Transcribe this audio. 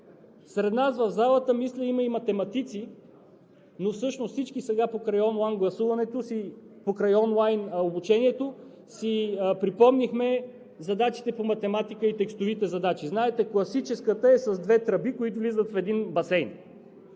Сред нас в залата мисля има и математици, но всъщност всички сега покрай онлайн обучението си припомнихме задачите по математика, текстовите задачи. Знаете, че класическата е с две тръби, които влизат в един басейн